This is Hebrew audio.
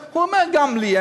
הוא רק לא ממומש.